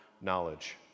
knowledge